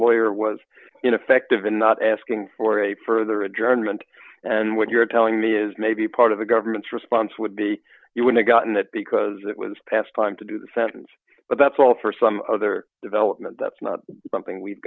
lawyer was ineffective and not asking for a further adjournment and what you're telling me is maybe part of the government's response would be you would have gotten that because it was past time to do the sentence but that's all for some other development that's not something we'